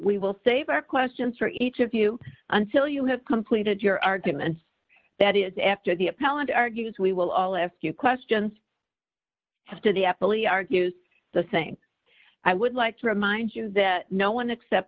we will save our questions for each of you until you have completed your argument that is after the appellant argues we will all ask you questions after the apple e argues the saying i would like to remind you that no one except